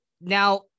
Now